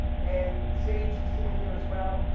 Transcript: and sage who's sitting here as well.